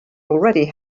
already